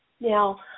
Now